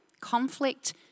Conflict